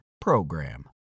PROGRAM